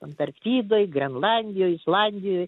antarktidoj grenlandijoj islandijoj